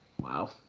Wow